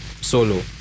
solo